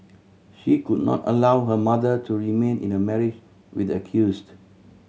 she could not allow her mother to remain in a marriage with the accused